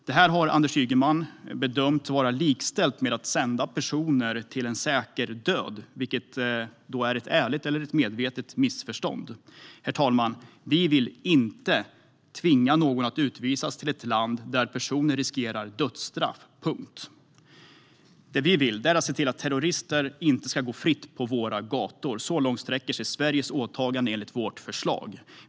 Det här har Anders Ygeman bedömt vara likställt med att sända personer till en säker död, vilket är ett ärligt eller medvetet missförstånd. Herr talman! Vi vill inte tvinga någon att utvisas till ett land där personen riskerar dödsstraff, punkt. Det vi vill är att se till att terrorister inte ska gå fritt på våra gator. Så långt sträcker sig Sveriges åtagande enligt vårt förslag.